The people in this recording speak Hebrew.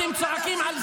אתם צועקים על זה?